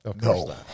No